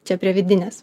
čia prie vidinės